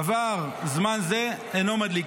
"עבר זמן זה, אינו מדליק".